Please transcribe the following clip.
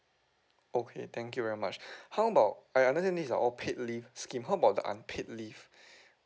okay thank you very much how about I understand these are all paid leave scheme how about the unpaid leave